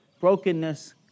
brokenness